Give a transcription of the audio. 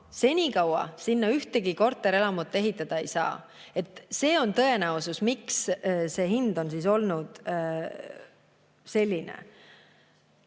Senikaua sinna ühtegi korterelamut ehitada ei saa. See on tõenäoline põhjus, miks see hind on olnud selline.29